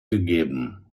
gegeben